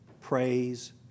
Praise